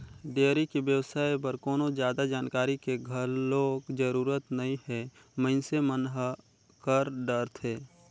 dairy के बेवसाय बर कोनो जादा जानकारी के घलोक जरूरत नइ हे मइनसे मन ह कर डरथे